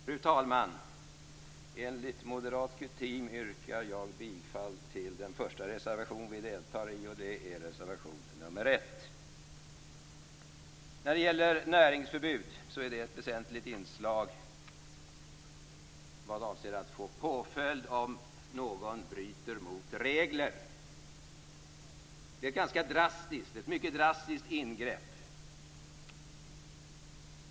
Fru talman! Enligt moderat kutym yrkar jag bifall till den första reservation som vi står bakom, och det är reservation nr 1. Näringsförbud är en väsentlig påföljd om någon bryter mot regler. Det är ett mycket drastiskt ingrepp.